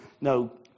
no